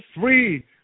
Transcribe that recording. free